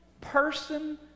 person